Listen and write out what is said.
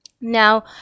Now